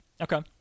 Okay